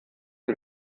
die